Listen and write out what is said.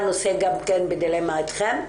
אלה הנושאים שבדילמה אתכם?